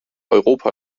europa